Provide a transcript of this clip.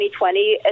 2020